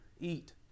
eat